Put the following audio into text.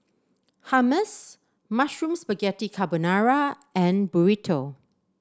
Hummus Mushroom Spaghetti Carbonara and Burrito